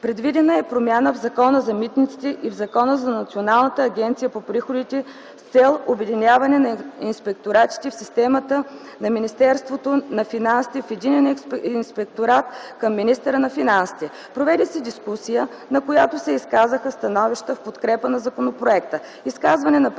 Предвидена е промяна в Закона за митниците и в Закона за Националната агенция по приходите с цел обединяване на инспекторатите в системата на Министерството на финансите в единен инспекторат към министъра на финансите. Проведе се дискусия, на която се изказаха становища в подкрепа на законопроекта.